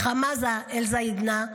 חמזה אל-זיאדנה,